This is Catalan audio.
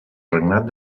regnat